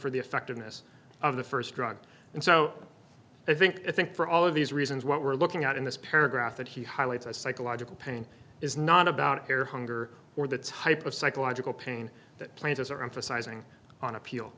for the effectiveness of the first drug and so i think i think for all of these reasons what we're looking at in this paragraph that he highlights as psychological pain is not about here hunger or the type of psychological pain that plans are emphasizing on appeal